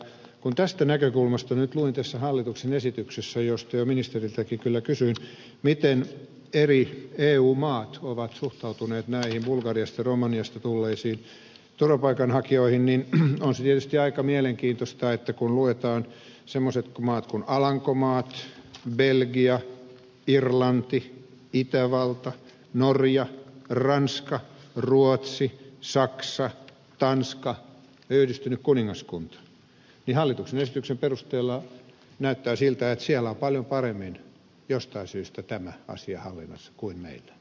kun tästä näkökulmasta nyt luin tästä hallituksen esityksestä josta jo ministeriltäkin kyllä kysyin miten eri eu maat ovat suhtautuneet näihin bulgariasta ja romaniasta tulleisiin turvapaikanhakijoihin niin on se tietysti aika mielenkiintoista että kun luetellaan semmoiset maat kuin alankomaat belgia irlanti itävalta norja ranska ruotsi saksa tanska ja yhdistynyt kuningaskunta niin hallituksen esityksen perusteella näyttää siltä että siellä on paljon paremmin jostain syystä tämä asia hallinnassa kuin meillä